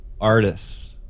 artists